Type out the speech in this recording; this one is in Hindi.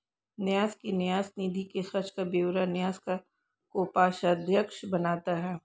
न्यास की न्यास निधि के खर्च का ब्यौरा न्यास का कोषाध्यक्ष बनाता है